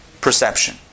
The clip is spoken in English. perception